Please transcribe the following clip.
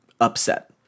upset